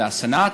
זה הסנאט,